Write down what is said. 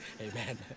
Amen